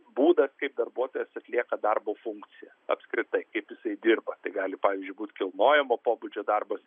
būdas kaip darbuotojas atlieka darbo funkciją apskritai kaip jisai dirba tai gali pavyzdžiui būti kilnojamo pobūdžio darbas